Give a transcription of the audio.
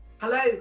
Hello